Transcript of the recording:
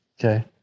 Okay